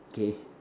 okay